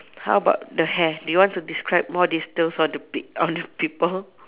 how about the hair do you want to describe more details on the pe~ on the people